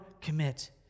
commit